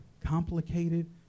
complicated